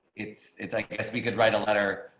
it's, it's, i guess we could write a letter